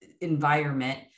environment